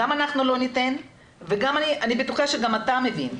גם אנחנו לא ניתן ואני גם בטוחה שגם אתה מבין,